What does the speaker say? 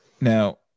Now